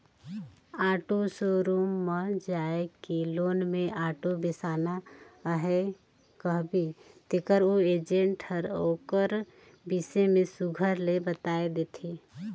auto showroom म जाए के लोन में आॅटो बेसाना अहे कहबे तेकर ओ एजेंट हर ओकर बिसे में सुग्घर ले बताए देथे